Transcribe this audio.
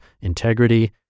integrity